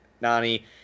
Nani